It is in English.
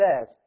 says